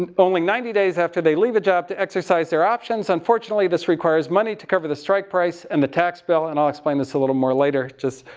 and only ninety days after they leave a job to exercise their options. unfortunately, this requires money to cover the strike price and the tax bill. and i'll explain this a little later, just.